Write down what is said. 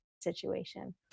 situation